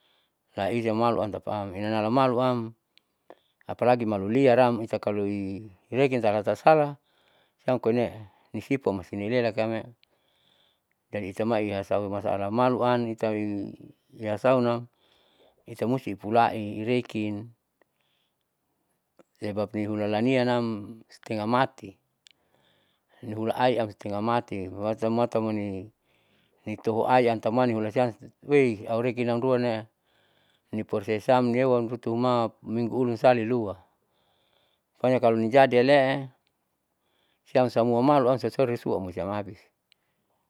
Laisiamaluan tapa am inananamaluam apalagi malu liaram ita kaloireki tasalatasala siam koine'e nisipu amasininela kamme'e, jadi itamai iyahasau masala maluan itaiiyasaunam ita musti pulai irekin sebab nihulalania nam stengah mati nihula ainam stengah mati matamata moni nitohoai antamani hulasian wei aureki nam ruanne'e niprosessamniewam rutuma minggu ulunsalilua pokonya kaloni jadiyale'e siam samua maluam sosorisuam mosia abis